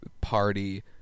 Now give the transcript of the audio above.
party